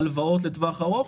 הלוואות לטווח ארוך,